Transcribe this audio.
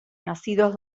nacidos